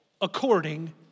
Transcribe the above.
according